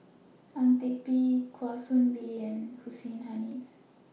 Ang Teck Bee Kwa Soon Bee and Hussein Haniff